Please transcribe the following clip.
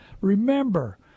Remember